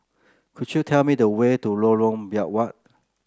could you tell me the way to Lorong Biawak